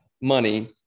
money